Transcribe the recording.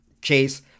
case